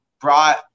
brought